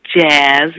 jazz